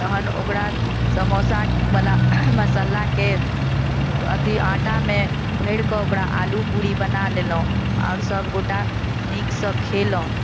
तखन ओकरा समोसावला मसालाके अथी आटामे भरिके ओकरा आलू पूरी बना लेलहुँ आओर सभगोटए नीकसँ खेलहुँ